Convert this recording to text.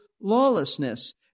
lawlessness